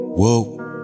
whoa